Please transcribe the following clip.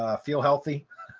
ah feel healthy.